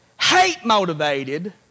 hate-motivated